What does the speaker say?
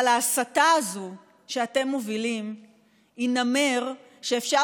אבל ההסתה הזאת שאתם מובילים היא נמר שאפשר